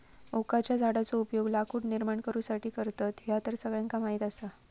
ओकाच्या झाडाचो उपयोग लाकूड निर्माण करुसाठी करतत, ह्या तर सगळ्यांका माहीत आसा